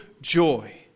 joy